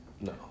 No